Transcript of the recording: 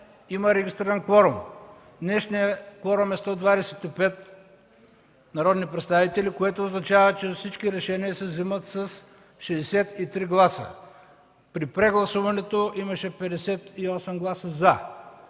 има регистриран кворум. Днешният кворум е 125 народни представители, което означава, че всички решения се вземат с 63 гласа. При прегласуването имаше 58 гласа „за”.